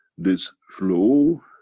this flu,